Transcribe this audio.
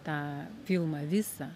tą filmą visą